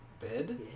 bed